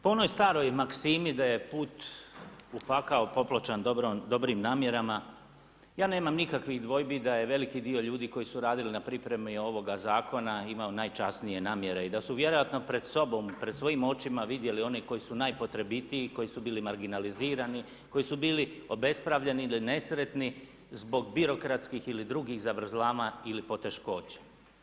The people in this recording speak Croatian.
Po onoj staroj maksimi da je put u pakao popločen dobrim namjerama ja nemam nikakvih dvojbi da je veliki dio ljudi koji su radili na pripremi ovoga zakona imao najčasnije namjere i da su vjerojatno pred sobom i pred svojim očima vidjeli one koji su najpotrebitiji, koji su bili marginalizirani, koji su bili obespravljeni ili nesretni zbog birokratskih ili drugih zavrzlama ili poteškoća.